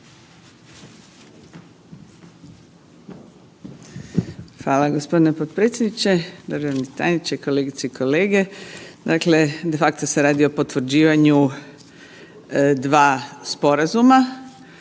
Hvala gospodine potpredsjedniče. Državni tajniče, kolegice i kolege, dakle de facto se radi o potvrđivanju dva sporazuma,